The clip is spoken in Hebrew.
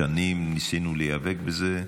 שנים ניסינו להיאבק בזה,